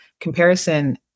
comparison